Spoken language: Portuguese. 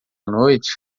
noite